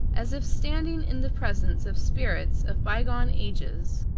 as if standing in the presence of spirits of bygone ages.